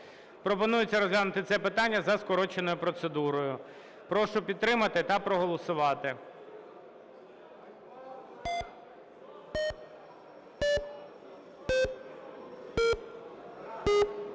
Пропонується розглянути це питання за скороченою процедурою. Прошу підтримати та проголосувати.